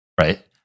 right